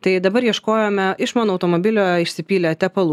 tai dabar ieškojome iš mano automobilio išsipylė tepalų